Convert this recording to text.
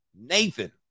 Nathan